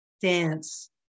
dance